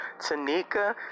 tanika